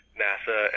nasa